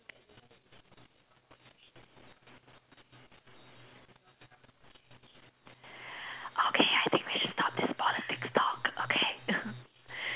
okay I think we should stop this politics talk okay